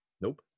nope